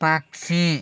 പക്ഷി